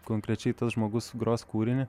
konkrečiai tas žmogus gros kūrinį